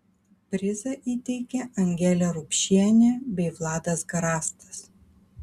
prizą įteikė angelė rupšienė bei vladas garastas